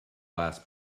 last